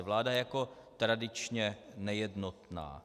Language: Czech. Vláda je jako tradičně nejednotná.